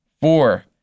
four